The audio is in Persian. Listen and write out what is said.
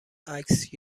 عکس